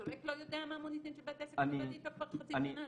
סולק לא יודע מה המוניטין של בית העסק שהוא עובד אתו כבר חצי שנה?